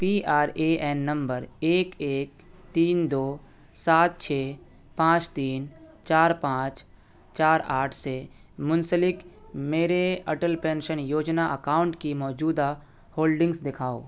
P R A N number ایک ایک تین دو سات چھ پانچ تین چار پانچ چار آٹھ سے منسلک میرے اٹل پینشن یوجنا اکاؤنٹ کی موجودہ ہولڈنگس دکھاؤ